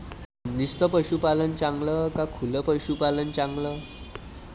बंदिस्त पशूपालन चांगलं का खुलं पशूपालन चांगलं?